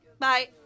Bye